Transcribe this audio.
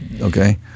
Okay